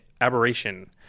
Aberration